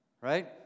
Right